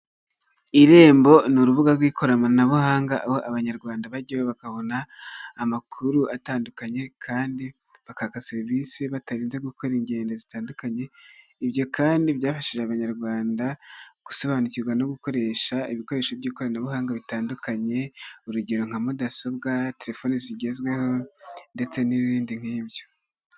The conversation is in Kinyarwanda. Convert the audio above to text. Irembo ni urubuga rw'ikoranabuhanga, aho Abanyarwanda bajyaho bakabona amakuru atandukanye kandi bakaka serivisi batarinze gukora ingendo zitandukanye, ibyo kandi byafashije Abanyarwanda gusobanukirwa no gukoresha ibikoresho by'ikoranabuhanga bitandukanye, urugero nka mudasobwa, terefoni zigezweho ndetse n'ibindi nk'ibyo.